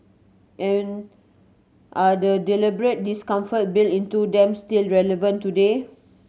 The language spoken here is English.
and are the deliberate discomforts built into them still relevant today